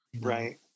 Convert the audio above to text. Right